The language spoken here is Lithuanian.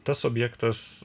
tas objektas